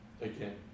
again